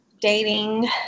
dating